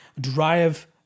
Drive